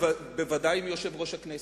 בוודאי עם יושב-ראש הכנסת.